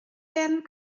werden